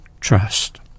trust